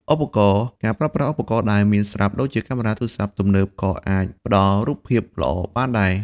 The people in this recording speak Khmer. ឧបករណ៍ ការប្រើប្រាស់ឧបករណ៍ដែលមានស្រាប់ដូចជាកាមេរ៉ាទូរស័ព្ទទំនើបក៏អាចផ្តល់រូបភាពល្អបានដែរ។